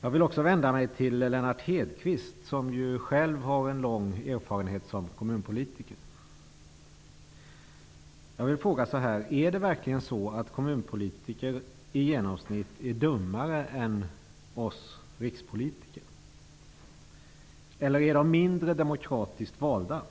Jag vill också vända mig till Lennart Hedquist som själv har en lång erfarenhet som kommunpolitiker. Jag vill fråga om det verkligen är så att kommunpolitiker i genomsnitt är dummare än vi rikspolitiker. Är de mindre demokratiskt valda?